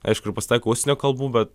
aišku ir pasitaiko užsienio kalbų bet